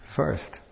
first